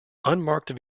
unmarked